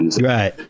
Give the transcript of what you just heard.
Right